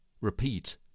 Repeat